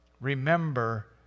remember